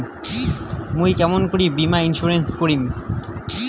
মুই কেমন করি বীমা ইন্সুরেন্স করিম?